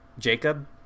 Jacob